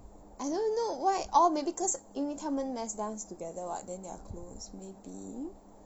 I don't know why orh maybe because 因为他们 mass dance together [what] then they're close maybe